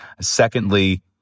Secondly